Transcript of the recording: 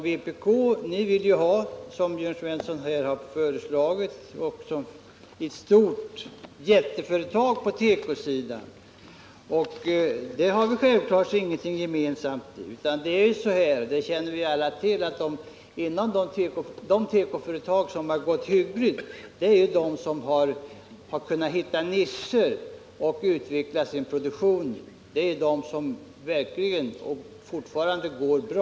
Vpk vill, som Jörn Svensson här har framhållit, ha ett stort jätteföretag på tekoområdet, och på den punkten har vi självklart ingenting gemensamt. Vi känner ju alla till att de tekoföretag som har gått hyggligt är de som har kunnat hitta ”nischer” och utveckla sin produktion med tanke på dessa. De företagen går fortfarande bra.